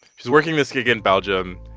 she's working this gig in belgium,